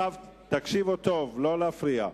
תקשיבו טוב, לא להפריע.